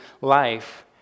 life